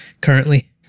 currently